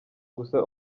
gusa